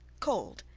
cold,